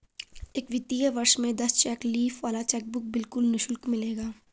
एक वित्तीय वर्ष में दस चेक लीफ वाला चेकबुक बिल्कुल निशुल्क मिलेगा